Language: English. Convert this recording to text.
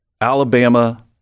Alabama